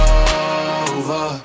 over